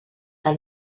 del